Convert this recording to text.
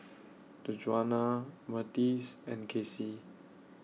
Djuana Myrtis and Kacey